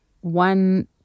one